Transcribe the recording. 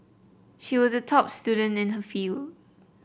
she was a top student in her field